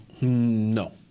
No